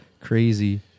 crazy